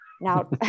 Now